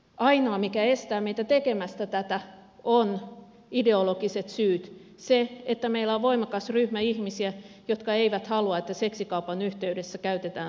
ainoa mikä estää meitä tekemästä tätä on ideologiset syyt se että meillä on voimakas ryhmä ihmisiä jotka eivät halua että seksikaupan yhteydessä käytetään sanaa työ